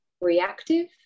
reactive